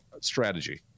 strategy